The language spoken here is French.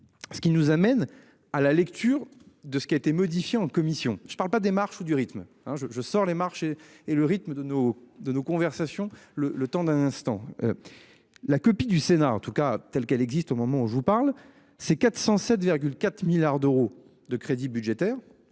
Ce qui nous amène à la lecture de ce qui a été modifié en commission. Je ne parle pas des marches du rythme hein je je sors les marchés et le rythme de nos, de nos conversations le le temps d'un instant. La copie du Sénat en tout cas telle qu'elle existe au moment où je vous parle, c'est 407 4 milliards d'euros de crédits budgétaires.